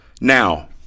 Now